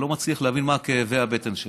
לא מצליח להבין מה כאבי הבטן שלכם.